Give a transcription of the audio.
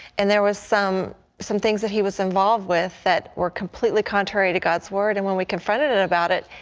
and there was some some things that he was involved with that were completely contrary to god's word. and when we confronted him about it,